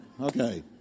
Okay